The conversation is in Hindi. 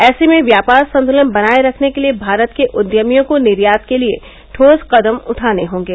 ऐसे में व्यापार संतुलन बनाये रखने के लिये भारत के उद्यमियों को निर्यात के लिये ठोस कदम उठाने होंगे